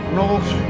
north